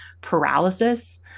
paralysis